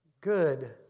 good